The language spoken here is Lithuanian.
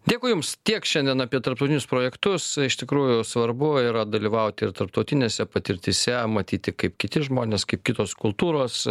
dėkui jums tiek šiandien apie tarptautinius projektus iš tikrųjų svarbu yra dalyvauti ir tarptautinėse patirtyse matyti kaip kiti žmonės kaip kitos kultūros